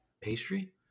pastry